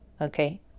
okay